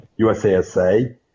USASA